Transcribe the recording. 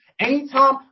Anytime